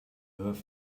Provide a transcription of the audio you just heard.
have